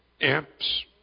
amps